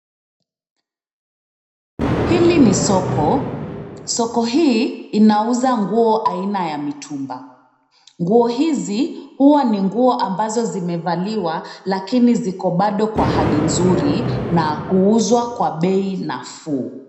Hili ni soko. Soko hii inauza nguo aina ya mitumba. Nguo hizi huwa ni nguo ambazo zimevaliwa lakini ziko bado kwa hali nzuri na kuuzwa kwa bei nafuu.